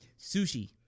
Sushi